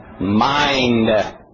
mind